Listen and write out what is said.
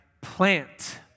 plant